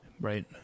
Right